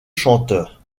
chanteur